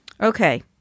Okay